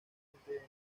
dentro